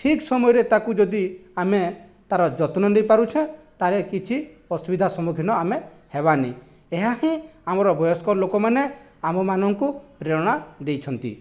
ଠିକ୍ ସମୟରେ ତାକୁ ଯଦି ଆମେ ତାର ଯତ୍ନ ନେଇ ପାରୁଛ ତାହେଲେ କିଛି ଅସୁବିଧାର ସମ୍ମୁଖୀନ ଆମେ ହେବାନି ଏହା ହିଁ ଆମର ବୟସ୍କ ଲୋକମାନେ ଆମମାନଙ୍କୁ ପ୍ରେରଣା ଦେଇଛନ୍ତି